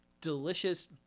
delicious